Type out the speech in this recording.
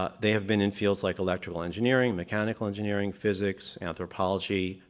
ah they have been in fields like electrical engineering, mechanical engineering, physics, anthropology.